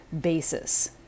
basis